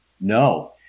No